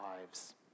lives